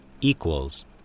equals